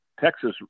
texas